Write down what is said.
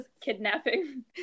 kidnapping